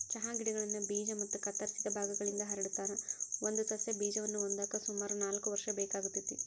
ಚಹಾ ಗಿಡಗಳನ್ನ ಬೇಜ ಮತ್ತ ಕತ್ತರಿಸಿದ ಭಾಗಗಳಿಂದ ಹರಡತಾರ, ಒಂದು ಸಸ್ಯ ಬೇಜವನ್ನ ಹೊಂದಾಕ ಸುಮಾರು ನಾಲ್ಕ್ ವರ್ಷ ಬೇಕಾಗತೇತಿ